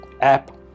app